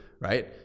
Right